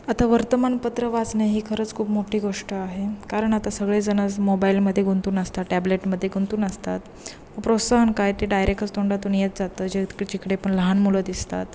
आता वर्तमानपत्र वाचणे ही खरंच खूप मोठी गोष्ट आहे कारण आता सगळेजणंच मोबाईलमध्ये गुंतून असतात टॅब्लेटमध्ये गुंतून असतात प्रोत्साहन काय ते डायरेक्टच तोंडातून येत जातं जे जिकडे पण लहान मुलं दिसतात